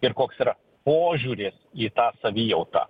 ir koks yra požiūris į tą savijautą